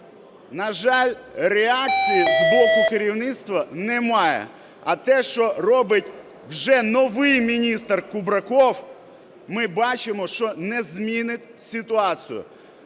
На жаль, реакції з боку керівництва немає. А те, що робить вже новий міністр Кубраков, ми бачимо, що не змінить ситуацію.